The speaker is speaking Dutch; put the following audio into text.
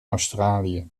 australië